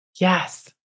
Yes